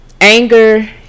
anger